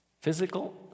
physical